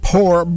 Poor